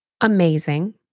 Amazing